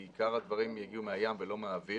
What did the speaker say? כי עיקר הדברים יגיעו מהים ולא מהאוויר.